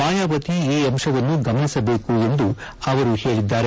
ಮಾಯಾವತಿ ಈ ಅಂಶವನ್ನು ಗಮನಿಸಬೇಕು ಎಂದು ಅವರು ಹೇಳಿದ್ದಾರೆ